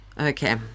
Okay